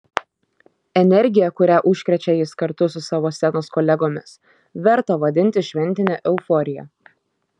energija kuria užkrečia jis kartu su savo scenos kolegomis verta vadintis šventine euforija